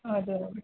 हजुर हजुर